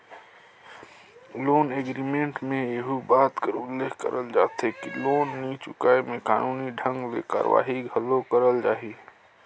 loan agreement में एहू बात कर उल्लेख करल जाथे कि लोन नी चुकाय में कानूनी ढंग ले कारवाही घलो करल जाही